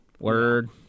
Word